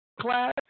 class